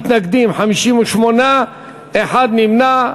מתנגדים, 58, אחד נמנע.